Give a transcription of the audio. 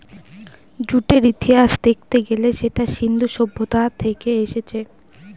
জুটের ইতিহাস দেখতে গেলে সেটা সিন্ধু সভ্যতা থেকে এসেছে